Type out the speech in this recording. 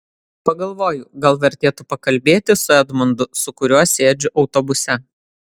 pagalvoju gal vertėtų pakalbėti su edmundu su kuriuo sėdžiu autobuse